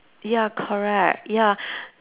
ya correct ya